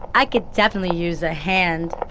i could definitely use a hand.